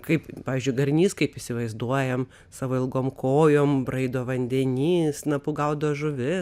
kaip pavyzdžiui garnys kaip įsivaizduojame savo ilgom kojom braido vandenyje snapu gaudo žuvis